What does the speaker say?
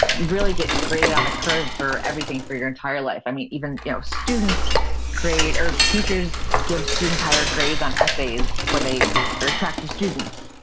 you really get graded on a curve for everything for your entire life. um even you know students create or teachers give students higher grades on essays when they are attractive students.